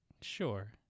sure